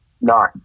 No